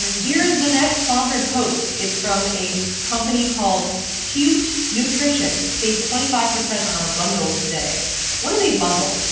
yeah here's the next sponsored post it's from a company called cute nutrition safe twenty five percent on our bundles today what is a bundle?